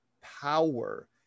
power